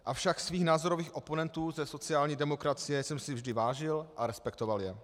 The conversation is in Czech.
Avšak svých názorových oponentů ze sociální demokracie jsem si vždy vážil a respektoval je.